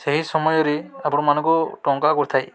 ସେହି ସମୟରେ ଆପଣମାନଙ୍କୁ ଟଙ୍କା କରିଥାଏ